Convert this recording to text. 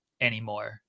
anymore